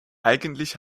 eigentlich